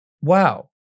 wow